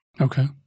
Okay